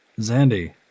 zandy